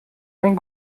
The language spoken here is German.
ein